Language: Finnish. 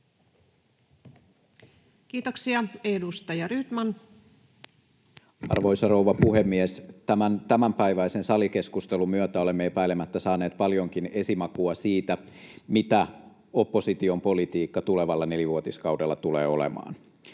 Kiitoksia. — Edustaja Rydman. Arvoisa rouva puhemies! Tämänpäiväisen salikeskustelun myötä olemme epäilemättä saaneet paljonkin esimakua siitä, mitä opposition politiikka tulevalla nelivuotiskaudella tulee olemaan: